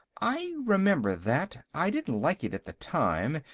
i remember that. i didn't like it, at the time.